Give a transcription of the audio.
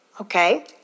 Okay